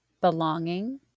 belonging